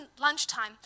lunchtime